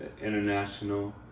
international